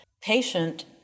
patient